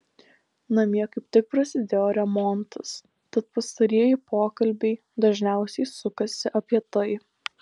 namie kaip tik prasidėjo remontas tad pastarieji pokalbiai dažniausiai sukasi apie tai